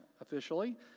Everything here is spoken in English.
officially